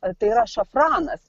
tai yra šafranas